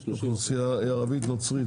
זה אוכלוסייה ערבית נוצרית.